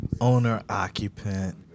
owner-occupant